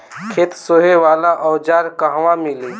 खेत सोहे वाला औज़ार कहवा मिली?